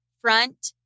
front